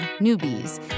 newbies